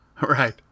Right